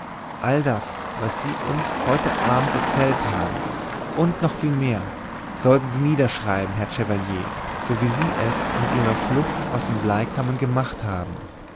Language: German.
all das was sie uns heute abend erzählt haben und noch viel mehr sollten sie niederschreiben herr chevalier so wie sie es mit ihrer flucht aus den bleikammern gemacht haben